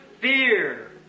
fear